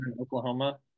Oklahoma